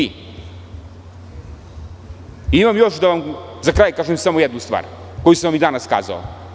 Imam još da vam za kraj kažem samo jednu stvar, koju sam vam i danas kazao.